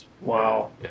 Wow